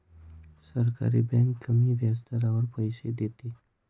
सहकारी बँक कमी व्याजदरावर पैसे देते